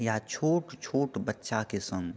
या छोट छोट बच्चाके सङ्ग